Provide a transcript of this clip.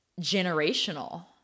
generational